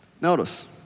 Notice